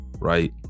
Right